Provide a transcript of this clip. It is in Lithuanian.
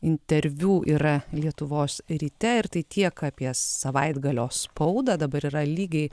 interviu yra lietuvos ryte ir tai tiek apie savaitgalio spaudą dabar yra lygiai